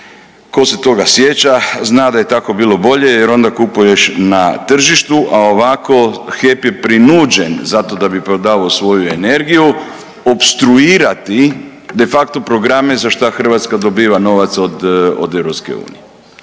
Tko se toga sjeća zna da je tako bilo bolje, jer onda kupuješ na tržištu, a ovako HEP je prinuđen zato da bi prodavao svoju energiju opstruirati de facto programe za šta Hrvatska dobiva novac od EU.